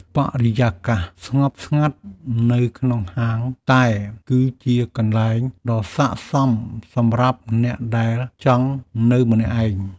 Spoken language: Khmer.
បរិយាកាសស្ងប់ស្ងាត់នៅក្នុងហាងតែ គឺជាកន្លែងដ៏ស័ក្តិសមសម្រាប់អ្នកដែលចង់នៅម្នាក់ឯង។